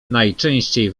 najczęściej